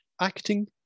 Acting